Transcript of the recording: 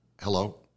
Hello